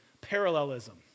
Parallelism